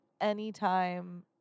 anytime